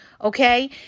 Okay